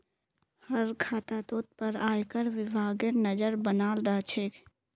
हर खातातोत पर आयकर विभागेर नज़र बनाल रह छे